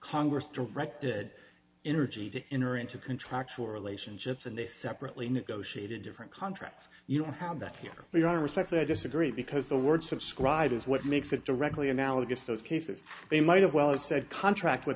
congress directed energy to enter into contractual relationships and they separately negotiated different contracts you don't have that here we don't respect that i disagree because the word subscribe is what makes it directly analogous those cases they might have well as said contract with